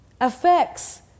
affects